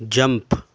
jump